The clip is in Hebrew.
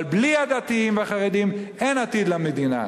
אבל בלי הדתיים והחרדים אין עתיד למדינה.